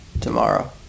tomorrow